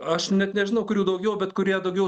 aš net nežinau kurių daugiau bet kurie daugiau